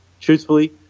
truthfully